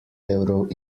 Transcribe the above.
evrov